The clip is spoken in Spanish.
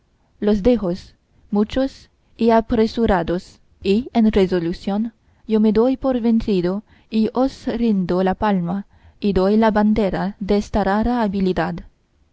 los dejos muchos y apresurados y en resolución yo me doy por vencido y os rindo la palma y doy la bandera desta rara habilidad